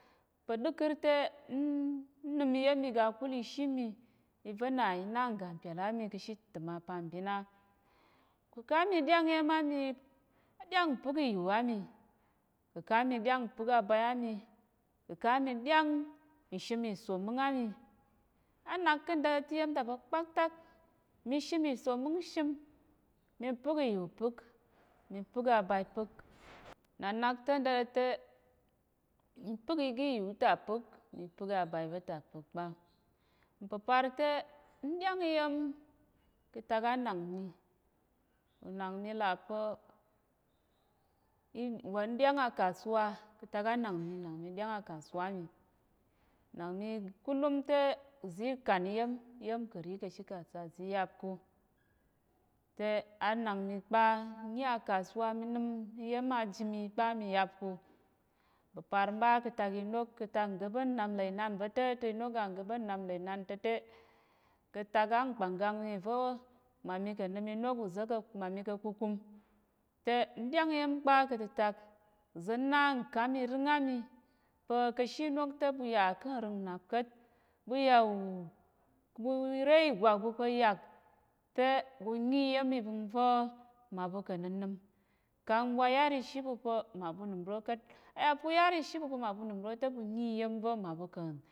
Pá ɗəkər tə n nəm iya̱m iga kul ishi mi, iva̱ na i na ngga mpyàl á mi ka̱ she ntəm apambin á. Ukəka mi ɗyáng iya̱m á mi, á ɗya̱ng mpə́k ìyu á mi, ukəka mi ɗyáng mpə́k abai á mi, ukəka mi ɗyáng nshim ìsoməng á mi, á nak ká̱ nda ta̱ te iya̱m ta pa̱ kpaktak, mi shim ìsoməng shim, mi pə́k ìyu pə́k, mi pə́k abai pə́k, nna nak te ńda ta̱ te, mi pə́k iga ìyu ta pə́k, mi pə́k abai va̱ ta pə́k kpa, mpəpar te nɗyáng iya̱m ka̱ tak ánàng mi, unàng mi là pa̱, nɗyáng akasuwa ka̱ tak á nàng mi, unàng mi ɗyáng akasuwa á mi, unàng mi kulúm te uzi i kàn iya̱m, iya̱m kəri ka̱ she kasuwa uzi i yáp ká̱, te á nak mi kpa nnyi akasuwa mi nəm iya̱m a ji mi kpa, mi yáp ko. Mpəpar mɓa ka̱ tak inok ka̱ tak ngga̱ɓa̱n nnap nlà inan va̱ ta̱, tak inok ga ngga̱ɓa̱n nnap nlà inan ta̱ te, ka̱ tak á nkpanggang mi va̱, mma mi kà̱ nnəm inok uza̱ ka̱, mma mi ka̱ kukum te, n ɗyáng iya̱m kpa ka̱ tətak, uza̱ na nkám irə́ng á mi pa̱ ka̱ she inok te ɓu yà ká̱ nrəng nnap ka̱t, ɓu yà ɓu re ìgwak ɓu pa̱ yàk, tə ɓu nyi iya̱m ivəngva̱ mma ɓu kà̱ nnənəm, kang wa yar ishi ɓu pa̱ mma ɓu unəm ro ka̱t, a yà pa̱ u yar ishi ɓu pa̱ mma ɓu unəm ro te ɓu nyi iyam va̱ mma ɓu kà̱